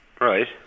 Right